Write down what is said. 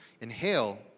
inhale